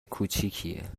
کوچیکیه